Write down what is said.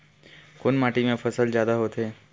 कोन माटी मा फसल जादा होथे?